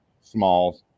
small